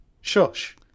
Shush